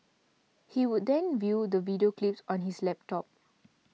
he would then view the video clips on his laptop